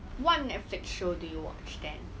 what Netflix show do you watch then